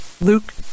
Luke